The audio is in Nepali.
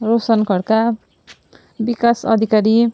रोसन खड्का विकास अधिकारी